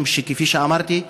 משום שכפי שאמרתי,